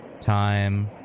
time